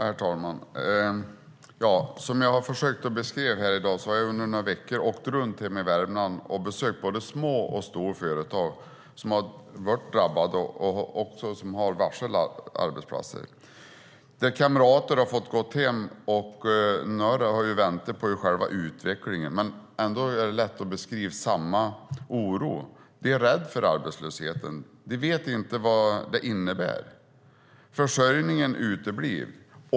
Herr talman! Som jag har försökt beskriva i dag har jag under några veckor åkt runt hemma i Värmland och besökt både små och stora företag som har varit drabbade och som har varslat. Kamrater har fått gå hem. Några har vänt på själva utvecklingen. Men det är ändå lätt att beskriva samma oro. De är rädda för arbetslösheten. De vet inte vad det innebär. Försörjningen uteblir.